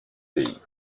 pays